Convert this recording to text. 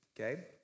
okay